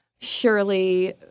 surely